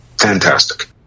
fantastic